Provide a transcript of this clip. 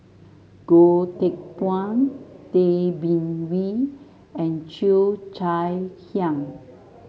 Goh Teck Phuan Tay Bin Wee and Cheo Chai Hiang